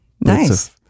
Nice